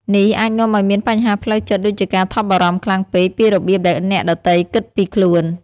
នេះអាចនាំឲ្យមានបញ្ហាផ្លូវចិត្តដូចជាការថប់បារម្ភខ្លាំងពេកពីរបៀបដែលអ្នកដទៃគិតពីខ្លួន។